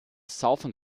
southern